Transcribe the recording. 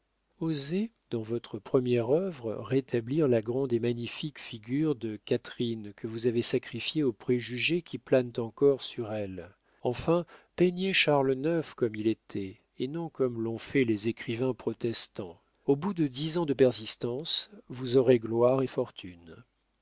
osez dans votre première œuvre rétablir la grande et magnifique figure de catherine que vous avez sacrifiée aux préjugés qui planent encore sur elle enfin peignez charles ix comme il était et non comme l'ont fait les écrivains protestants au bout de dix ans de persistance vous aurez gloire et fortune